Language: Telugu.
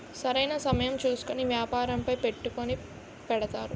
సరైన సమయం చూసుకొని వ్యాపారంపై పెట్టుకుని పెడతారు